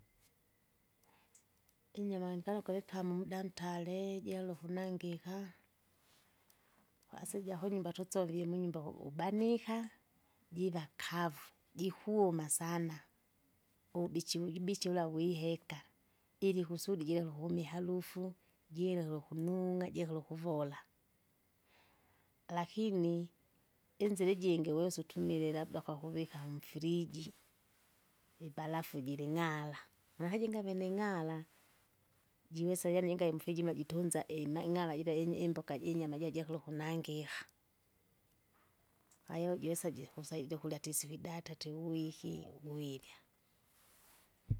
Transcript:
Inyama ndikala nkulitama muda muda mtaree jalo kunangika, kwasi jakunyumba tusovie munyumba kuvu ubanike, jiva kavu, jikuuma sana, uvubichi wujubichi wula wiheka, ili kusudi jireke ukuma iharufu, jirekere ukunung'a jirekere ukuvora. Lakini inzira ijingi wesa utumile labda kwakuvika mfriji, ibarafu jiring'ara, make jingavene ng'ara, jiwesa yaani inga mfijima jitunza ima- ing'ara jira inyi imboka inyama jira jakula ukunangiha, kwahiyo jiwesa jikusa jikurya atisifidata tiuwiki werya.